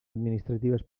administratives